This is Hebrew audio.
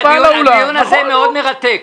הדיון הזה מאוד מרתק.